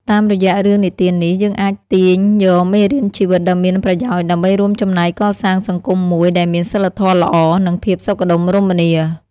តាមរយៈរឿងនិទាននេះ យើងអាចទាញយកមេរៀនជីវិតដ៏មានប្រយោជន៍ដើម្បីរួមចំណែកកសាងសង្គមមួយដែលមានសីលធម៌ល្អ និងភាពសុខដុមរមនា។